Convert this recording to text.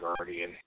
guardian